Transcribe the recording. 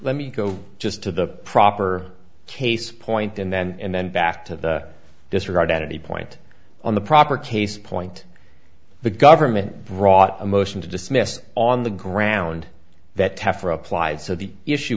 let me go just to the proper case point and then and then back to the disregard at any point on the proper case point the government brought a motion to dismiss on the ground that tougher applied so the issue